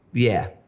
yeah.